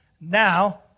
Now